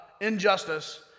injustice